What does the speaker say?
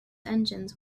engines